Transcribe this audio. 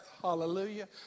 hallelujah